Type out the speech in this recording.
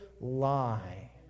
lie